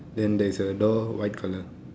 then there is a door white colour